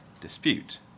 dispute